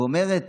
ואומרת